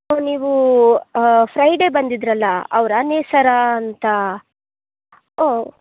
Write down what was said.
ಓಹ್ ನೀವು ಫ್ರೈಡೆ ಬಂದಿದ್ದೀರಲ್ಲ ಅವರಾ ನೇಸರ ಅಂತ ಓಹ್